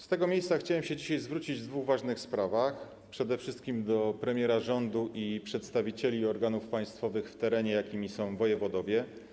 Z tego miejsca chciałem się dzisiaj zwrócić w dwóch ważnych sprawach przede wszystkim do premiera rządu i przedstawicieli organów państwowych w terenie, jakimi są wojewodowie.